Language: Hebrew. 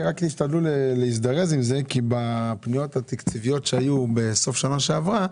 תשתדלו להזדרז עם זה כי בפניות התקציביות שהיו בסוף שנה שעברה,